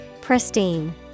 Pristine